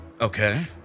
Okay